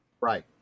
Right